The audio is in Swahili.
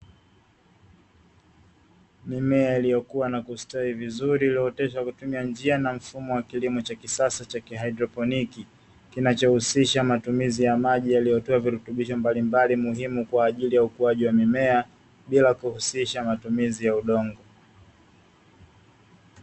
Mimea iliyokua na kustawi vizuri iliyooteshwa kwa kutumia njia ya kifaa cha kisasa cha kihaidroponi, kinachohusisha matumizi ya maji yaliyotiwa virutubisho mbalimbali muhimu kwa ajili ya mimea, bila kuhusisha matumizi ya udongo.